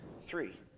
three